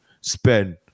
spend